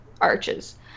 Arches